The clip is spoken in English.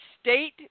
state